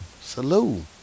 Salute